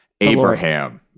Abraham